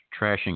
trashing